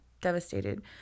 devastated